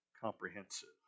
comprehensive